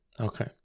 okay